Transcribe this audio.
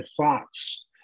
thoughts